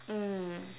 mm